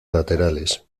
laterales